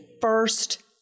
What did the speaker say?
first